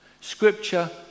scripture